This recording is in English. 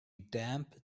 damp